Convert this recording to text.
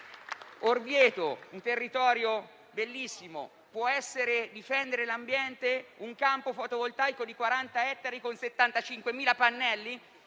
Orvieto, un territorio bellissimo. Può essere difesa dell'ambiente un campo fotovoltaico di 40 ettari con 75.000 pannelli?